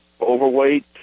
overweight